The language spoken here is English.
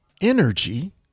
energy